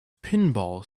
pinball